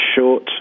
short